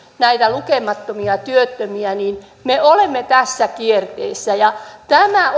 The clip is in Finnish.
näitä lukemattomia työttömiä me olemme tässä kierteessä tämä